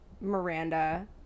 Miranda